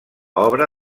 obra